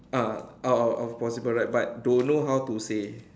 ah out of of possible right but don't know how to say